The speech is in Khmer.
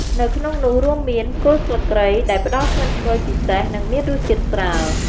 នៅក្នុងនោះរួមមាន គល់ស្លឹកគ្រៃ ដែលផ្តល់ក្លិនឈ្ងុយពិសេស និងមានរសជាតិស្រាល។